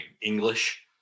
English